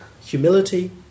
Humility